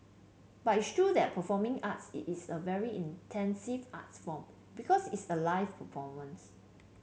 but it's true that performing arts it's a very intensive art form because it's a live performance